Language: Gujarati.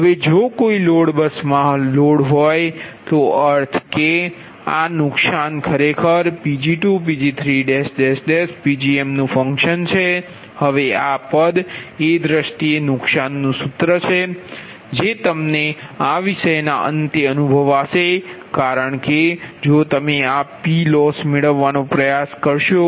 હવે જો કોઇ લોડ બસમાં લોડ હોય તો અર્થ કે આ નુકશાન ખરેખર Pg2Pg3Pgm નુ ફંકશન છે હવે આ પદ એ દ્રષ્ટિએ નુકશાન સૂત્ર છે જે તમને આ વિષય ના અંતે અનુભવાશે કારણ કે જો તમે આ PLossમેળવવાનો પ્રયાસ કરશો